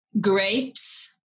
grapes